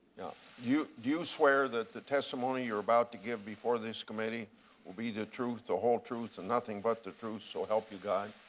you you swear that the testimony you are about to give before the committee will be the truth, the whole truth, and nothing but the truth so help you god?